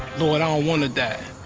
lord, i don't want to die.